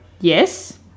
Yes